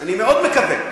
אני מאוד מקווה.